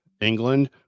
England